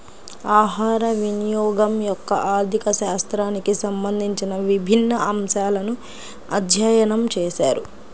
ఆహారవినియోగం యొక్క ఆర్థిక శాస్త్రానికి సంబంధించిన విభిన్న అంశాలను అధ్యయనం చేశారు